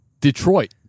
Detroit